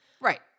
Right